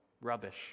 rubbish